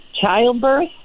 childbirth